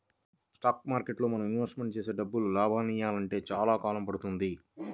stock మార్కెట్టులో మనం invest చేసే డబ్బులు లాభాలనియ్యాలంటే చానా కాలం పడుతుంది